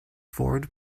formed